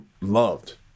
loved